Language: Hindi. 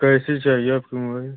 कैसा चाहिए आपको मोबाइल